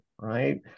right